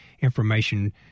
information